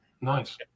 Nice